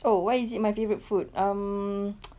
oh why is it my favorite food um